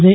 जे